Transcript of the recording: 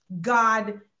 God